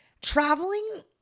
traveling